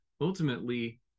ultimately